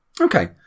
Okay